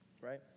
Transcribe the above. right